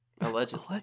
Allegedly